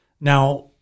Now